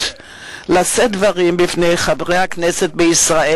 בעבורי לשאת דברים לפני חברי הכנסת בישראל,